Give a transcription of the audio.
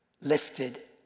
lifted